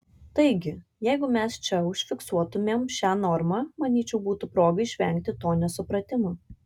taigi jeigu mes čia užfiksuotumėm šią normą manyčiau būtų proga išvengti to nesupratimo